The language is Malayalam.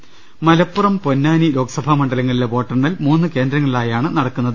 ലലലലല മലപ്പുറം പൊന്നാനി ലോക്സഭാ മണ്ഡലങ്ങളിലെ വോട്ടെണ്ണൽ മൂന്ന് കേന്ദ്രങ്ങളിലായാണ് നടക്കുന്നത്